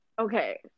Okay